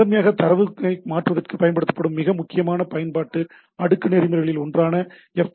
முதன்மையாக தரவை மாற்றுவதற்குப் பயன்படுத்தப்படும் மிக முக்கியமான பயன்பாட்டு அடுக்கு நெறிமுறைகளில் ஒன்றான எஃப்